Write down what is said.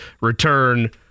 return